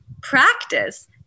practice